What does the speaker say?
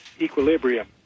equilibrium